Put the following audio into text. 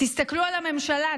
תסתכלו על הממשלה,